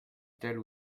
telle